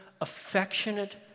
affectionate